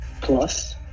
plus